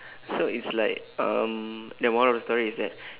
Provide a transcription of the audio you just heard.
so it's like um the moral of the story is that